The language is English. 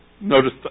notice